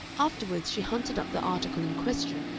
afterwards she hunted up the article in question,